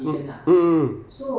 mm mm mm